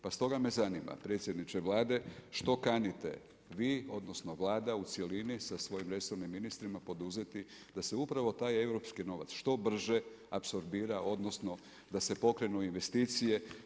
Pa stoga me zanima predsjedniče Vlade, što kanite vi odnosno Vlada u cjelini sa svojim resornim ministrima poduzeti da se upravo taj europski novac što brže apsorbira odnosno da se pokrenu investicije?